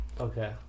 Okay